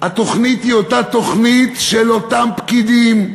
התוכנית היא אותה תוכנית, של אותם פקידים.